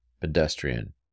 pedestrian